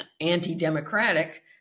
anti-democratic